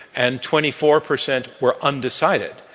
and twenty four percent were undecided.